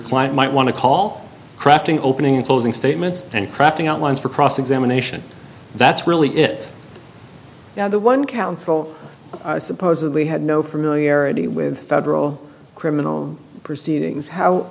client might want to call crafting opening and closing statements and crafting outlines for cross examination that's really it now the one counsel supposedly had no familiarity with federal criminal proceedings how